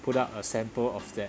put up a sample of that